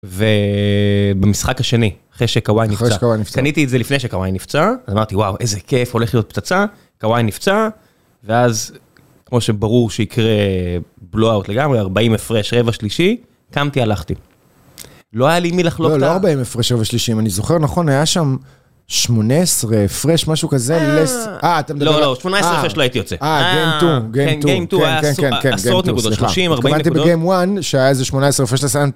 ובמשחק השני, אחרי שקוואי נפצע. -אחרי שקוואי נפצע. -קניתי את זה לפני שקוואי נפצע, אז אמרתי, וואו, איזה כיף, הולך להיות פצצה. קוואי נפצע, ואז, כמו שברור שיקרה, blow out לגמרי, 40 הפרש רבע שלישי, קמתי, הלכתי. לא היה לי מי לחלוק את ה... -לא, לא היה 40 הפרש רבע שלישי, אם אני זוכר נכון, היה שם 18 הפרש, משהו כזה, ללס... -אה, אתה מדבר... -לא, לא, 18 הפרש לא הייתי יוצא. -אה, גיים 2, גיים 2. -גיים 2, כן, כן, כן, כן, גיים 2, סליחה. -כן, גיים 2 היו עשרות נקודות, 30, 40 נקודות... -התכוונתי בגיים 1, שהיה איזה 18 הפרש לסן...